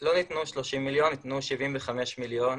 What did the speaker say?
לא ניתנו 30 מיליון, ניתנו 75 מיליון.